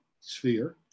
sphere